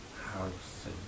house